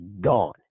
gone